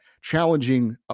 challenging